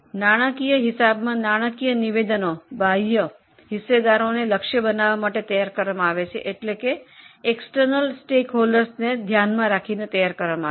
નાણાંકીય હિસાબી પદ્ધતિમાં નાણાકીય નિવેદનો બાહ્ય હિસ્સેદારોને ધ્યાનમાં રાખીને તૈયાર કરવામાં આવે છે